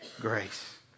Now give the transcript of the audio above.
grace